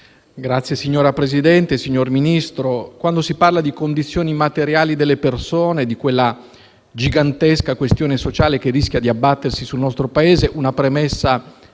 Signor Presidente, signor Ministro, quando si parla di condizioni materiali delle persone, di quella gigantesca questione sociale che rischia di abbattersi sul nostro Paese, una premessa